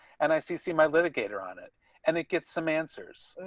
and i see see my litigator on it and it gets some answers. and